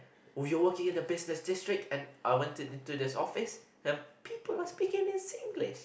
would you working in the business district and I want to into this office um people speaking this Singlish